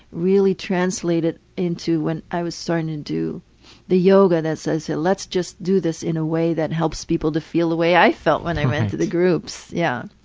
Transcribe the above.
really translated into when i was starting to do the yoga that says let's just do this in a way that helps people to feel the way i felt when i went to the groups. yeah.